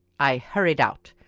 i hurried out.